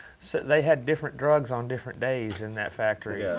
they had different drugs on different days in that factory. yeah